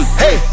hey